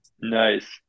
Nice